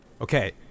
Okay